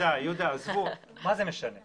יהודה, עזבו, מה זה משנה?